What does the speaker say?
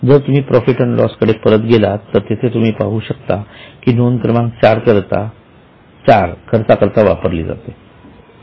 जर तुम्ही profit and loss कडे परत गेलात तर तेथे तुम्ही पाहू शकता कि नोंद क्रमांक चार खर्चाकरिता वापरली जाते